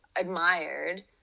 admired